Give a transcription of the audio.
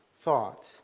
thought